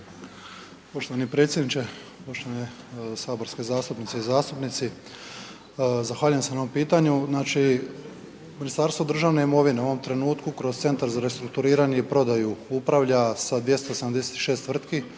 Poštovani predsjedniče, poštovane saborske zastupnice i zastupnici, zahvaljujem se na ovom pitanju, znači Ministarstvo državne imovine u ovom trenutku kroz Centar za restrukturiranje i prodaju upravlja sa 286 tvrtki